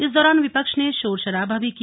इस दौरान विपक्ष ने शोर शराबा भी किया